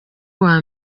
uwa